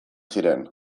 ziren